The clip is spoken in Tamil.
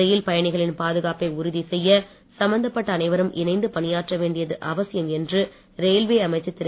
ரயில் பயணிகளின் பாதுகாப்பை உறதி செய்ய சம்பந்தப்பட்ட அனைவரும் இணைந்து பணியாற்ற வேண்டியது அவசியம் என்று ரயில்வே அமைச்சர் திரு